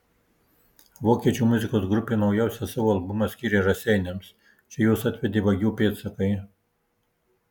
vokiečių muzikos grupė naujausią savo albumą skyrė raseiniams čia juos atvedė vagių pėdsakai